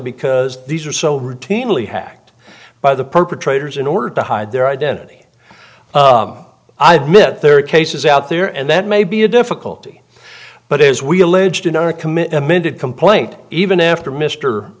because these are so routinely hacked by the perpetrators in order to hide their identity i admit there are cases out there and that may be a difficulty but as we alleged in our commit amended complaint even after mr